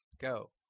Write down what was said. Go